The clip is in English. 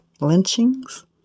lynchings